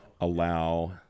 Allow